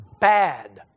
Bad